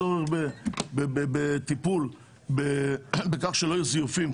הצורך בטיפול בכך שלא יהיו זיופים,